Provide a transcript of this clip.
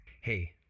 Hey